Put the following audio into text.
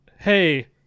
hey